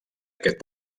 aquest